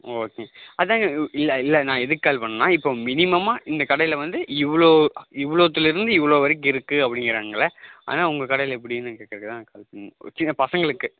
okay அதுதாங்க இல்லை இல்லை நான் எதுக்கு கால் பண்ணேன்னால் இப்போ மினிமமாக இந்த கடையில வந்து இவ்வளோ இவ்வளோத்துலேருந்து இவ்வளோ வரைக்கும் இருக்குது அப்படிங்கிறாங்கள அதுதான் உங்கள் கடையில எப்படின்னு கேட்கதான் நான் கால் பண்ணேன் சின்ன பசங்களுக்கு